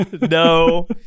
No